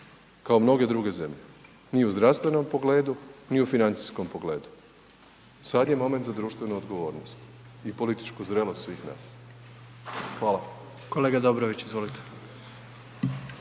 kao mnoge druge zemlje, ni u zdravstvenom pogledu, ni u financijskom pogledu. Sad je moment za društvenu odgovornost i političku zrelost svih nas. Hvala. **Jandroković, Gordan